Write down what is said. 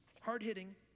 hard-hitting